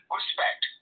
respect